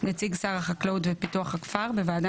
נציג שר החקלאות ופיתוח הכפר בוועדה